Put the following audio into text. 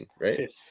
right